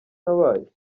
nabaye